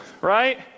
right